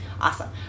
Awesome